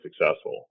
successful